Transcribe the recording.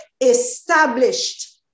established